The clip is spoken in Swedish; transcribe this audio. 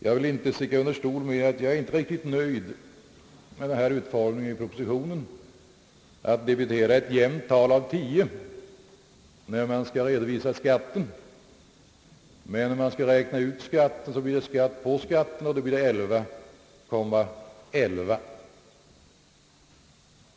Jag vill inte sticka under stol med att jag inte är riktigt nöjd med utformningen av propositionen, att man skall dividera med ett jämnt tal av tio när man skall redovisa skatten. Men när man skall räkna ut skatten blir det skatt på skatten, vilket gör 11,11 procent.